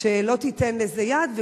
שלא תיתן לזה יד.